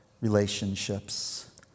Relationships